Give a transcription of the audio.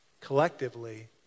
collectively